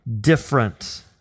different